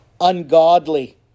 ungodly